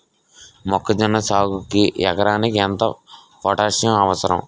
మొక్కజొన్న సాగుకు ఎకరానికి ఎంత పోటాస్సియం అవసరం?